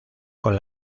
con